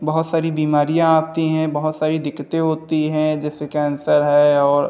बहुत सारी बीमारियाँ आती हैं बहुत सारी दिक्कतें होती हैं जैसे कैंसर है और